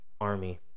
Army